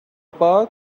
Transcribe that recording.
path